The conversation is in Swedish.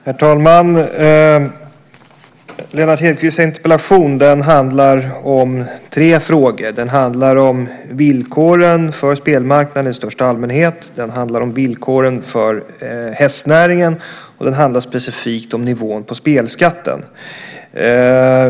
Herr talman! Lennart Hedquists interpellation handlar om tre frågor - villkoren för spelmarknaden i största allmänhet, villkoren för hästnäringen och specifikt nivån på spelskatten.